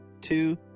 two